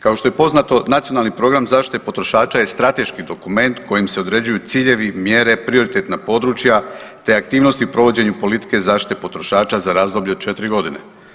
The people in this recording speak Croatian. Kao što je poznato Nacionalni program zaštite potrošača je strateški dokument kojim se određuju ciljevi, mjere, prioritetna područja te aktivnosti u provođenju politike zaštite potrošača za razdoblje od četiri godine.